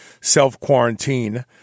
self-quarantine